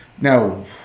Now